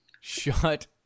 shut